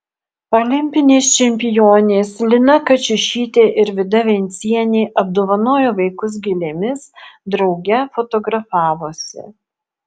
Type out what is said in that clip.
olimpinės čempionės lina kačiušytė ir vida vencienė apdovanojo vaikus gėlėmis drauge fotografavosi